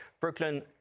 Brooklyn